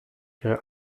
ihre